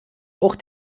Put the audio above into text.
auch